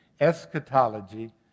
eschatology